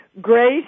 Grace